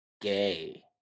gay